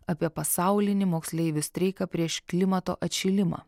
apie pasaulinį moksleivių streiką prieš klimato atšilimą